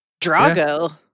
Drago